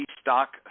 stock